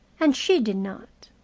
and she did not.